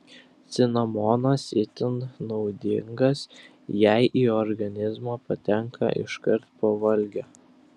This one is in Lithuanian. cinamonas itin naudingas jei į organizmą patenka iškart po valgio